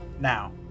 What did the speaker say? now